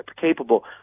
capable